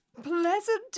Pleasant